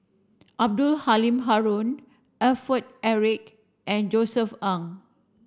Abdul Halim Haron Alfred Eric and Josef Ang